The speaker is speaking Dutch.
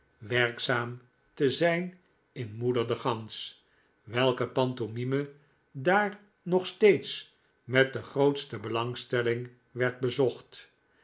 werkzaam te zijn in moeder de gans welke pantomime daar nog steeds met de grootste belangstelling werd bezocht